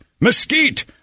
mesquite